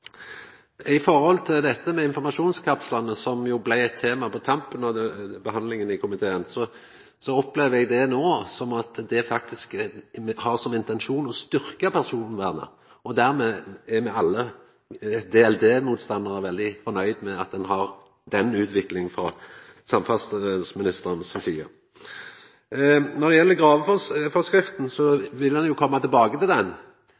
dette med informasjonskapslane, som jo blei eit tema på tampen av behandlinga i komiteen, opplever eg at dette no har som intensjon å styrkja personvernet. Dermed er alle me DLD-motstandarane veldig fornøgde med at ein ser denne utviklinga frå samferdselsministeren si side. Når det gjeld graveforskrifta, vil ein komma tilbake til